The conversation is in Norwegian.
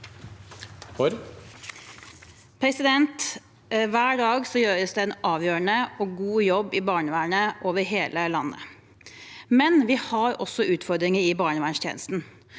Hver dag gjøres det en avgjørende og god jobb i barnevernet over hele landet, men vi har også utfordringer i barnevernstjenesten.